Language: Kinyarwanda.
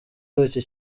iki